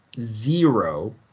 zero